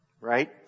Right